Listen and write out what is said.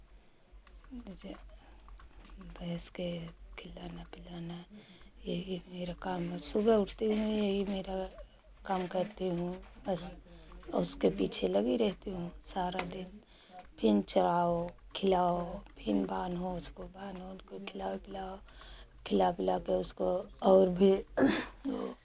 जैसे भैंस के खिलाना पिलाना यही मेरा काम है सुबह उठती हूँ मैं यही मेरा काम करती हूँ बस और उसके पीछे लगी रहती हूँ सारा दिन फिर चराओ खिलाओ फिन बांधो उसको बान्ह उन्ह को खिलाओ पिलाओ खिला पिला के उसको और भी